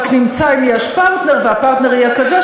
רק נמצא אם יש פרטנר והפרטנר יהיה כזה,